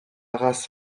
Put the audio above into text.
race